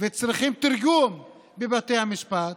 וצריכים תרגום בבתי המשפט,